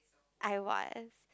I was